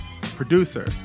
producer